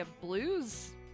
blues